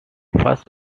first